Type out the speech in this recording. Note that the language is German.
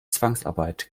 zwangsarbeit